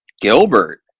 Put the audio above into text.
Gilbert